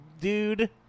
dude